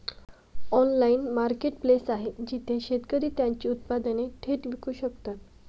Online marketplace आहे जिथे शेतकरी त्यांची उत्पादने थेट विकू शकतात?